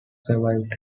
survived